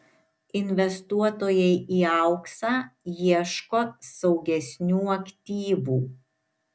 investuotojai į auksą ieško saugesnių aktyvų